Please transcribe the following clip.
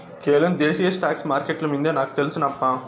కేవలం దేశీయ స్టాక్స్ మార్కెట్లు మిందే నాకు తెల్సు నప్పా